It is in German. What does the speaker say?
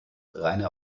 reine